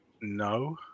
No